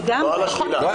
לא על השלילה.